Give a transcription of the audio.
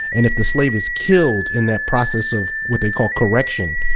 and if the slave is killed in that process of what they call correction,